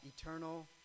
eternal